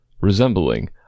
resembling